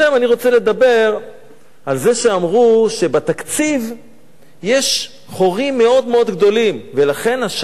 אני רוצה לדבר על זה שאמרו שבתקציב יש חורים מאוד מאוד גדולים ולכן השנה